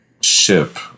ship